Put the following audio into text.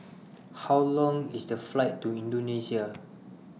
How Long IS The Flight to Indonesia